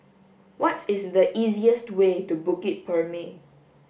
what is the easiest way to Bukit Purmei